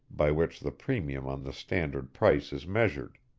by which the premium on the standard price is measured.